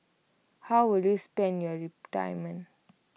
how will you spend your retirement